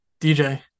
dj